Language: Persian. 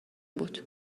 بود